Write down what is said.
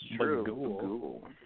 true